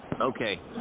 Okay